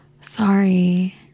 Sorry